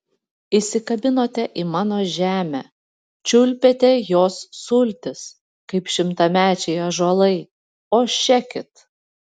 įsikabinote į mano žemę čiulpėte jos sultis kaip šimtamečiai ąžuolai o šekit